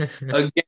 Again